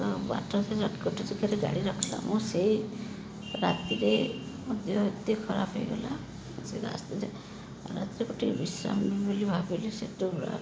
ତ ବାଟରେ ଗୋଟେ ଜାଗାରେ ଗାଡ଼ି ରଖିଲା ମୁଁ ସେଇ ରାତିରେ ମୋ ଦେହ ଏତେ ଖରାପ ହେଇଗଲା ସେ ରାସ୍ତା ଯା ରାତିଯାକ ଟିକେ ବିଶ୍ରାମ ନେବି ବୋଲି ଭାବିଲି ସେଠୁ ପୁରା